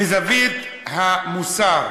מזווית המוסר.